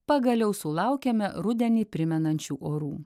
pagaliau sulaukėme rudenį primenančių orų